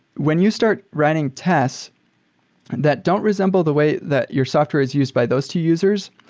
when you start writing tests that don't resemble the way that your software is used by those two users,